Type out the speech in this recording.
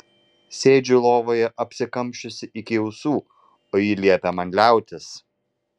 sėdžiu lovoje apsikamšiusi iki ausų o ji liepia man liautis